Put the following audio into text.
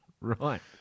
Right